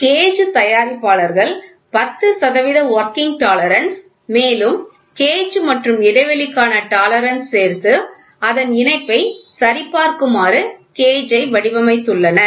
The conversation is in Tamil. கேஜ் தயாரிப்பாளர்கள் 10 சதவீத வொர்கிங் டாலரன்ஸ் மேலும் கேஜ் மற்றும் இடைவெளிக்கான டாலரன்ஸ் சேர்த்து அதன் இணைப்பை சரி பார்க்குமாறு கேஜ் ஐ வடிவமைத்துள்ளனர்